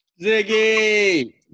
Ziggy